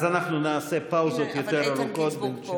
אז אנחנו נעשה פאוזות יותר ארוכות.